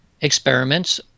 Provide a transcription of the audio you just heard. experiments